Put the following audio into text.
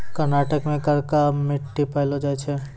कर्नाटको मे करका मट्टी पायलो जाय छै